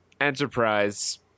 Enterprise